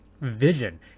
vision